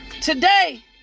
Today